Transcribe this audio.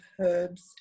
herbs